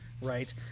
right